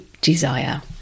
desire